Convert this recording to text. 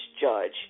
judge